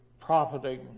profiting